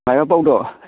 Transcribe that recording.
माया बावदो